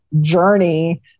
journey